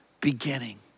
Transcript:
beginning